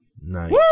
Nice